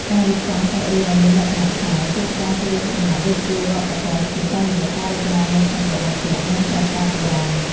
ការរៀបចំសាច់រឿងឱ្យមានលក្ខណៈខ្មែរគឺជាការចូលរួមចំណែកលើកស្ទួយវប្បធម៌ជាតិ តាមរយៈការរចនាម៉ូដសម្លៀកបំពាក់ និង ប្រាសាទបុរាណ។